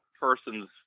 person's